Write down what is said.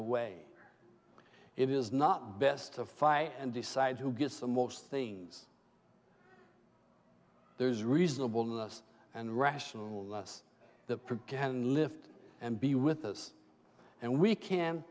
away it is not best to fight and decide who gets the most things there is reasonable to us and rational less the can lift and be with us and we can